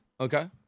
Okay